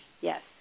Yes